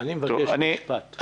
אני מבקש משפט.